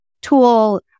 tool